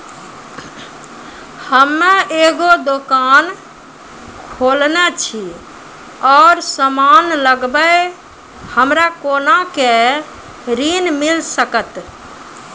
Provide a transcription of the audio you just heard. हम्मे एगो दुकान खोलने छी और समान लगैबै हमरा कोना के ऋण मिल सकत?